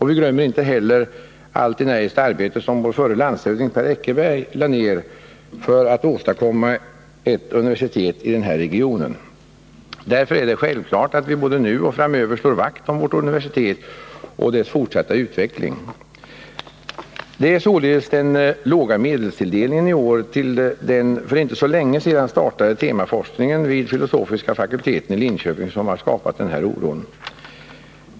Vi glömmer inte heller allt energiskt arbete som vår förre landshövding Per Eckerberg lade ner för att åstadkomma ett universitet i den här regionen. Därför är det självklart att vi både nu och framöver slår vakt om vårt universitet och dess fortsatta utveckling. Det är således den låga medelstilldelningen i år till den för inte så länge sedan startade temaforskningen vid filosofiska fakulteten i Linköping som skapat den här oron.